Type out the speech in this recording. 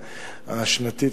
השנתית,